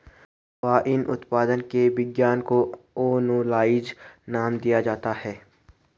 wine उत्पादन के विज्ञान को ओनोलॉजी नाम दिया जाता है